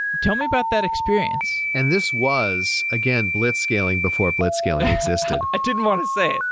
tell me about that experience. and this was, again, blitzscaling before blitzscaling existed. i didn't want to say.